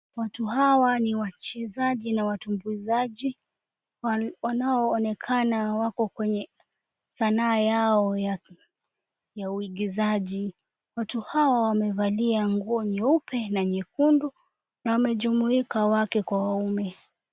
Watu hawa ni wachezaji na watumbuizaji wanaoonekana wako kwenye sanaa yao ya uigizaji. Watu hawa wamevalia nguo nyeupe na nyekundu na wamejumuika wake kwa waume.